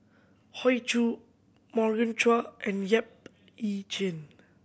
Hoey Choo Morgan Chua and Yap Ee Chian